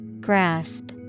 Grasp